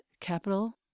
capital